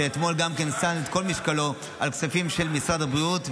שאתמול גם כן שם את כל משקלו על כספים של משרד הבריאות,